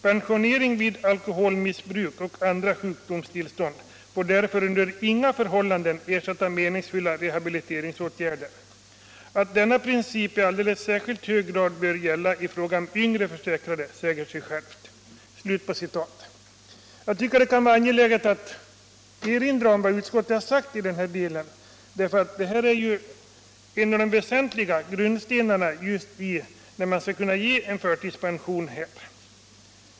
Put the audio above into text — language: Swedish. Pensionering vid alkoholmissbruk och andra sjukdomstillstånd får därför under inga förhållanden ersätta meningsfulla rehabiliteringsåtgärder. Att denna princip i alldeles särskilt hög grad bör gälla i fråga om yngre försäkrade säger sig självt.” Jag finner det angeläget att erinra om vad utskottet har anfört i den väsentliga delen enär det är en av hörnstenarna för att kunna ge förtidspension.